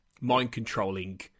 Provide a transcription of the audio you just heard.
mind-controlling